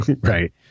Right